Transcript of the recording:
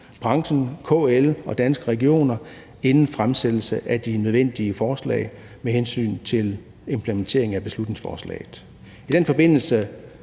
branchen, KL og Danske Regioner inden fremsættelsen af de nødvendige forslag med hensyn til implementering af beslutningsforslaget.